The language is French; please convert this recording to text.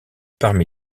parmi